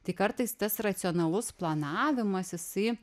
tai kartais tas racionalus planavimas jisai